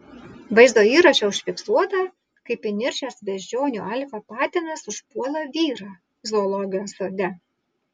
vaizdo įraše užfiksuota kaip įniršęs beždžionių alfa patinas užpuola vyrą zoologijos sode